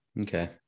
Okay